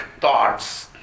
thoughts